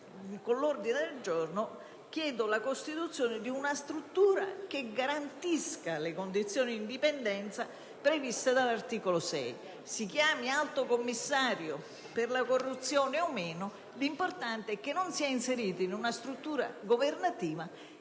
con l'ordine del giorno chiedo la costituzione di una struttura che garantisca le condizioni di indipendenza previste dall'articolo 6. Si chiami Alto Commissario per la corruzione o meno, l'importante è che non sia inserito in una struttura governativa